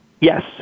Yes